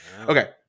Okay